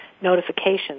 notifications